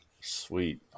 Sweet